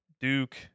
Duke